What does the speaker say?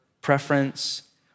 preference